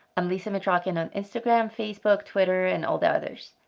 i'm lisa mitrokhin on instagram, facebook, twitter, and all the others.